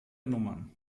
nummern